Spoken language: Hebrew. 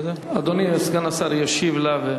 אדוני סגן השר ישיב לה.